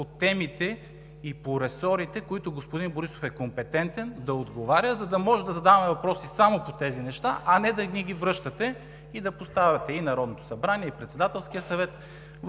по темите и по ресорите, по които господин Борисов е компетентен да отговаря, за да може да задаваме въпроси само по тези неща, а не да ни ги връщате и да поставяте и Народното събрание, и Председателския съвет